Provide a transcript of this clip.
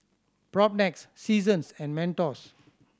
Propnex Seasons and Mentos